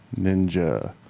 ninja